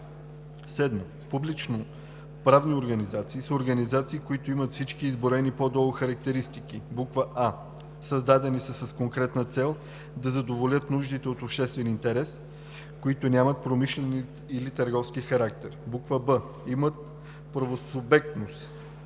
вид. 7. „Публично-правни организации“ са организации, които имат всички изброени по-долу характеристики: а) създадени са с конкретната цел да задоволяват нужди от обществен интерес, които нямат промишлен или търговски характер; б) имат правосубектност;